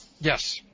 Yes